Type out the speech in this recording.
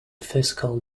fiscal